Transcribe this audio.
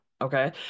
Okay